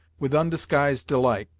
with undisguised delight,